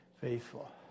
faithful